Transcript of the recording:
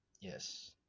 yes